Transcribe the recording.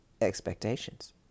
expectations